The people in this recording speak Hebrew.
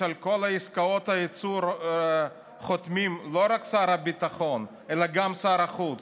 שעל כל עסקאות הייצור חותמים לא רק שר הביטחון אלא גם שר החוץ.